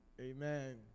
Amen